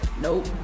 nope